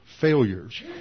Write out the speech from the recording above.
failures